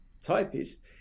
typist